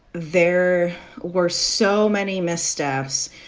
there were so many missteps.